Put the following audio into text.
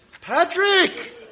Patrick